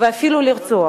ואפילו לרצוח.